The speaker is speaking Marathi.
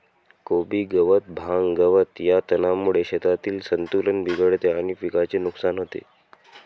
कोबी गवत, भांग, गवत या तणांमुळे शेतातील संतुलन बिघडते आणि पिकाचे नुकसान होते